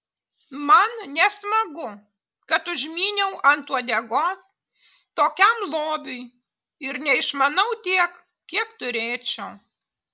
man nesmagu kad užmyniau ant uodegos tokiam lobiui ir neišmanau tiek kiek turėčiau